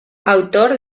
autor